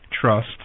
Trust